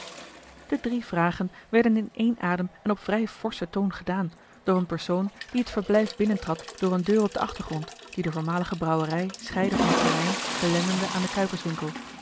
de drie vragen werden in één adem en op vrij forschen toon gedaan door een persoon die het verblijf binnentrad door eene deur op den achtergrond die de voormalige brouwerij scheidde van het terrein belendende aan den